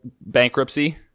bankruptcy